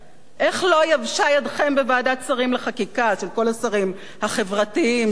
איך לא יבשה בוועדת שרים לחקיקה ידם של כל השרים החברתיים שהצביעו